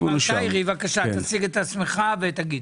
מר טיירי בבקשה, תציג את עצמך ותגיד.